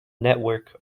network